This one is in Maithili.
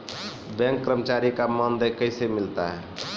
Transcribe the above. बैंक कर्मचारी का मानदेय कैसे मिलता हैं?